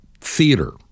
theater